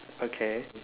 okay